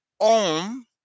Om